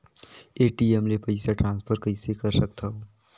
ATM ले पईसा transfer कइसे कर सकथव?